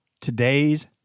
today's